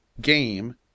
Game